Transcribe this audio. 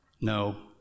No